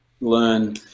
learn